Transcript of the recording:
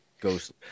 ghost